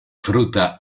fruta